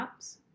apps